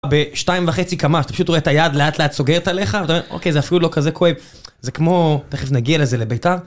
בשתיים וחצי כמה, שאתה פשוט רואה את היד לאט לאט סוגרת עליך, ואתה אומר, אוקיי זה אפילו לא כזה כואב, זה כמו... תכף נגיע לזה לביתה.